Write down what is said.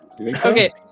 Okay